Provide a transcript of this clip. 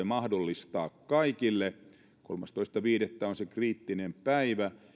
mahdollistaa kaikille kolmastoista viidettä on se kriittinen päivä